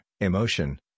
Emotion